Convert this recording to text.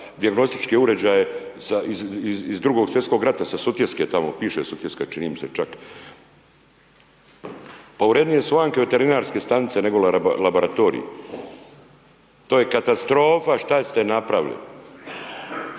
dijagnostičke uređaje sa, iz, iz Drugog svjetskog rata sa Sutjeske tamo, piše Sutjeska čini mi se čak. .../Govornik se ne razumije./... veterinarske stanice nego labaratorij, to je katastrofa šta ste napravili.